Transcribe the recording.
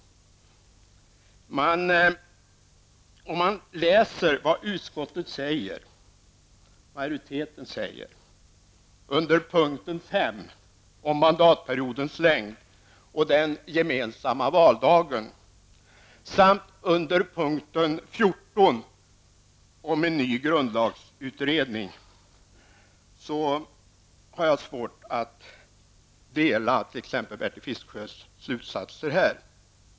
Med tanke på vad som står att läsa i utskottsmajoritetens skrivning under punkten 5 om mandatperiodens längd och den gemensamma valdagen samt under punkten 14 om en ny grundlagsutredning har jag svårt att instämma i exempelvis Bertil Fiskesjös slutsatser här.